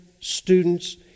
students